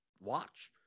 watch